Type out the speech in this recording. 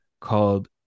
called